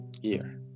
year